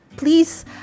Please